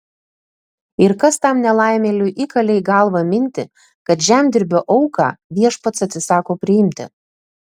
ir kas tam nelaimėliui įkalė į galvą mintį kad žemdirbio auką viešpats atsisako priimti